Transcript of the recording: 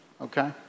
okay